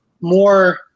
more